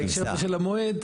בהקשר של המועד,